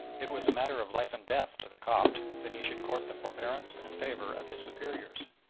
it was a matter of life and death to the copt that he should court the forbearance and favour of his superiors.